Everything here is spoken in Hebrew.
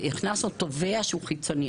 הכנסנו תובע חיצוני.